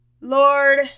Lord